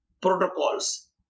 protocols